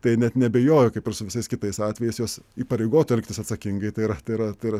tai net neabejoju kaip ir su visais kitais atvejais juos įpareigotų elgtis atsakingai tai yra tai yra tai yra